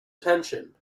tension